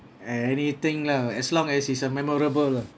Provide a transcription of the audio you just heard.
anything lah as long as is a memorable lah